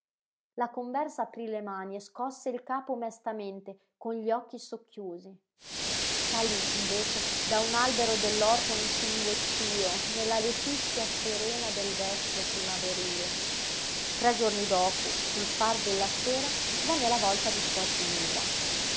aprí le mani e scosse il capo mestamente con gli occhi socchiusi salí invece da un albero dell'orto un cinguettío nella letizia serena del vespro primaverile tre giorni dopo sul far della sera venne la volta di suor ginevra